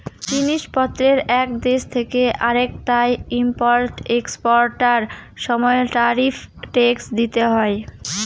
জিনিস পত্রের এক দেশ থেকে আরেকটায় ইম্পোর্ট এক্সপোর্টার সময় ট্যারিফ ট্যাক্স দিতে হয়